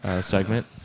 segment